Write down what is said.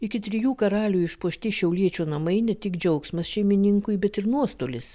iki trijų karalių išpuošti šiauliečio namai ne tik džiaugsmas šeimininkui bet ir nuostolis